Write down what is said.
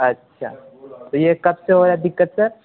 اچھا تو یہ کب سے ہو رہا دقت سر